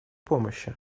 помощи